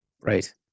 Right